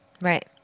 Right